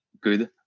good